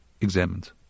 examined